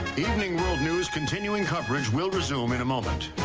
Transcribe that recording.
evening world news continuing coverage will resume in a moment.